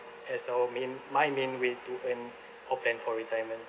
as our main my main way to earn opt and for retirement